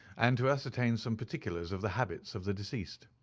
and to ascertain some particulars of the habits of the deceased.